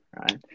Right